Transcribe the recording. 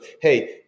hey